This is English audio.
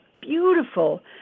beautiful